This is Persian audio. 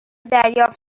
دریافت